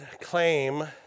claim